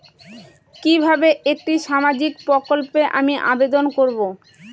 কিভাবে একটি সামাজিক প্রকল্পে আমি আবেদন করব?